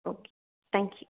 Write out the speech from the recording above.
okay thank you